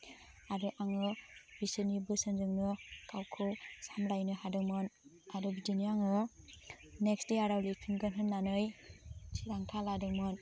आरो आङो बिसोरनि बोसोनजोंनो गावखौ सामलायनो हादोंमोन आरो बिदिनो आङो नेक्स्ट याराव लिरफिनगोन होन्नानै थिरांथा लादोंमोन